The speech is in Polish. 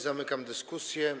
Zamykam dyskusję.